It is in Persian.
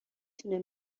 تونه